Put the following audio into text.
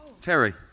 Terry